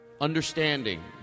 understanding